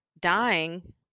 dying